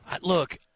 Look